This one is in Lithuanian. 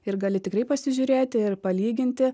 ir gali tikrai pasižiūrėti ir palyginti